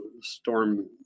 storm